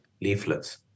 leaflets